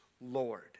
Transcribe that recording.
Lord